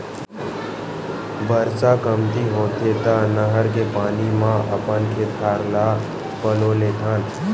बरसा कमती होथे त नहर के पानी म अपन खेत खार ल पलो लेथन